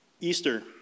Easter